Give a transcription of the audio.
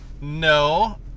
no